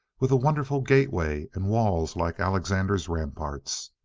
with a wonderful gateway, and walls like alexander's ramparts.